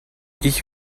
ich